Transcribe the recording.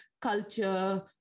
culture